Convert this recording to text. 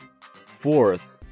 Fourth